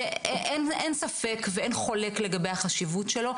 שאין ספק ואין חולק לגבי חשיבותו,